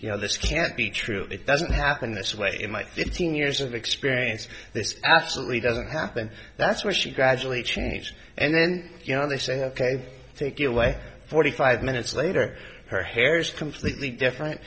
you know this can't be true it doesn't happen this way in my fifteen years of experience this absolutely doesn't happen that's why she gradually changed and then you know they say ok take you away forty five minutes later her hair is completely different